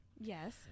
yes